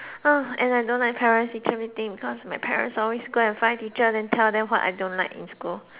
uh and I don't like parent teacher meeting because my parents always go and find teacher then tell them what I don't like in school